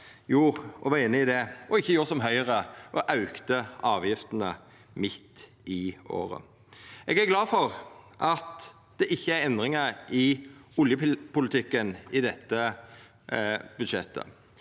for at SV er einig i det og ikkje gjorde som Høgre og auka avgiftene midt i året. Eg er glad for at det ikkje er endringar i oljepolitikken i dette budsjettet.